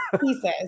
pieces